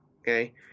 Okay